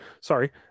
sorry